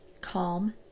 calm